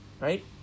right